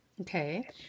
Okay